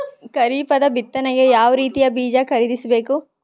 ಖರೀಪದ ಬಿತ್ತನೆಗೆ ಯಾವ್ ರೀತಿಯ ಬೀಜ ಖರೀದಿಸ ಬೇಕು?